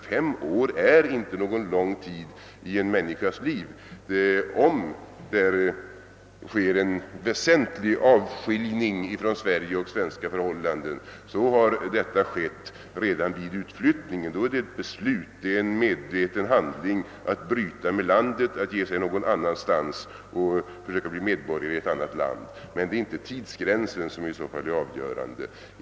Fem år är inte någon lång tid i en människas liv. Om det sker en väsentlig avskiljning från Sverige och svenska förhållanden har denna ägt rum redan vid utflyttningen. Då rör det sig om ett beslut, en medveten handling, att bryta med landet och bege sig till ett annat land för att bli medborgare där. Men det är inte tidsgränsen som i så fall är avgörande.